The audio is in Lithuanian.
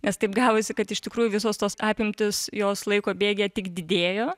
nes taip gavosi kad iš tikrųjų visos tos apimtys jos laiko bėgyje tik didėjo